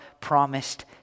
promised